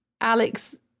Alex